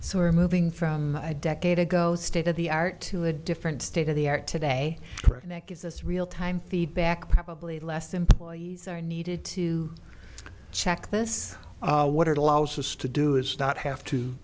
so we're moving from a decade ago state of the art to a different state of the art today and that gives us real time feedback probably less employees are needed to check this out what it allows us to do is not have to